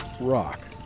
rock